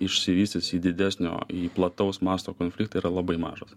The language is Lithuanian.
išsivystys į didesnio plataus masto konfliktą yra labai mažas